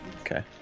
Okay